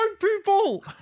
people